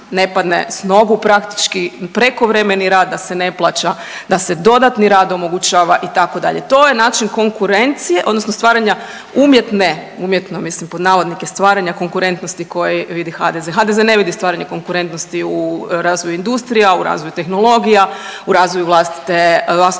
ne padne s nogu praktički, prekovremeni rad, da se ne plaća, da se dodatni rad omogućava, itd., to je način konkurencije odnosno stvaranja umjetne, umjetno, mislim, pod navodnike stvaranja konkurentnosti koji vidi HDZ. HDZ ne vidi stvaranje konkurentnosti u razvoju industrije, u razvoju tehnologija, u razvoju vlastitog